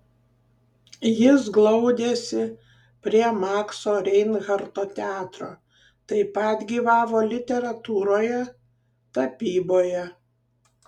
jis glaudėsi prie makso reinharto teatro taip pat gyvavo literatūroje tapyboje